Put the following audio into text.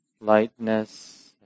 lightness